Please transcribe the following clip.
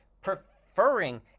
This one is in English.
preferring